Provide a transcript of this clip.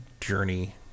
journey